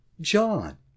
John